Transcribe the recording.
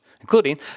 including